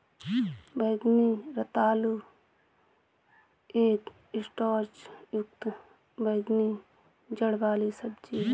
बैंगनी रतालू एक स्टार्च युक्त बैंगनी जड़ वाली सब्जी है